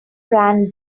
ran